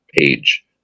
page